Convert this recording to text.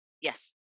Yes